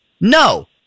No